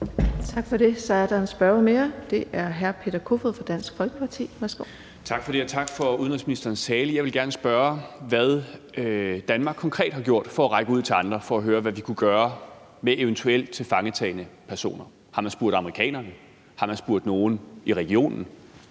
Tak for det. Så er der en spørger mere. Det er hr. Peter Kofod fra Dansk Folkeparti. Værsgo. Kl. 12:04 Peter Kofod (DF): Tak for det, og tak for udenrigsministerens tale. Jeg vil gerne spørge, hvad Danmark konkret har gjort for at række ud til andre for at høre, hvad vi kunne gøre med eventuelt tilfangetagne personer. Har man spurgt amerikanerne? Har man spurgt nogen i regionen?